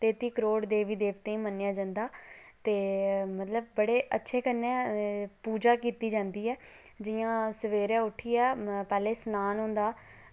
तेती करोड़ देवी देवतें गी मन्नेआ जंदा ते मतलब बड़े अच्छे कन्नै पूजा कीती जंदी ऐ जि'यां सबैह्रे उट्ठियै पैह्ले शनान होंदा